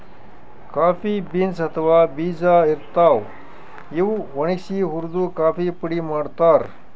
coffee beans ಅಥವಾ ಬೀಜಾ ಇರ್ತಾವ್, ಇವ್ ಒಣಗ್ಸಿ ಹುರ್ದು ಕಾಫಿ ಪುಡಿ ಮಾಡ್ತಾರ್